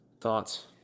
Thoughts